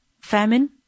Famine